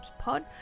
pod